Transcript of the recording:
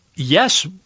Yes